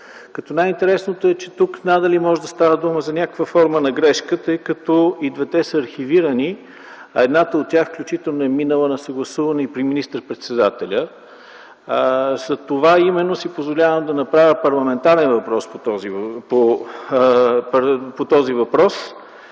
като най-интересното е, че тук надали може да става дума за някаква форма на грешка, тъй като и двете са архивирани, а едната от тях включително е минала на съгласуване и при министър-председателя. Затова именно си позволявам да отправя парламентарен въпрос по този проблем.